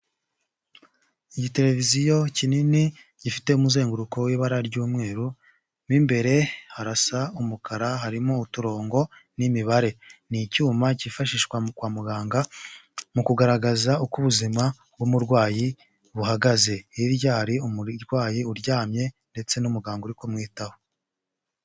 Igiteleviziyo kinini gifite umuzenguruko w'ibara ry'umweru mo imbere harasa umukara harimo uturongo n'imibare ni icyuma cyifashishwa kwa muganga mu kugaragaza uko ubuzima bw'umurwayi buhagaze hirya hari umurwayi uryamye ndetse n'umuganga uri kumwitaho.